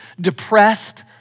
depressed